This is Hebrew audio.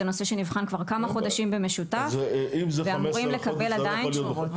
זה נושא שנבחן כבר כמה חודשים במשותף ואמורים לקבל תשובות.